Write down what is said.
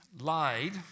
lied